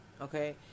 okay